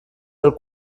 del